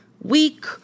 weak